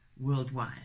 worldwide